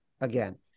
again